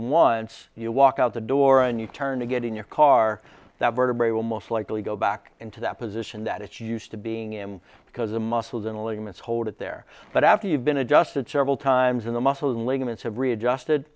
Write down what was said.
once you walk out the door and you turn to get in your car that vertebrae will most likely go back into that position that it used to being him because the muscles and ligaments hold it there but after you've been adjusted several times in the muscles and ligaments have readjusted